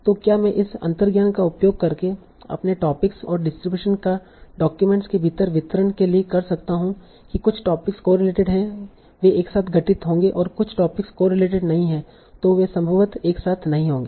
तो क्या मैं इस अंतर्ज्ञान का उपयोग अपने टॉपिक्स और डिस्ट्रीब्यूशन का डाक्यूमेंट्स के भीतर वितरण के लिए कर सकता हूं कि कुछ टोपिक कोरिलेटेड हैं वे एक साथ घटित होंगे और कुछ टोपिक कोरिलेटेड नहीं हैं तों वे संभवतः एक साथ नहीं होंगे